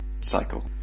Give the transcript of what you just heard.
cycle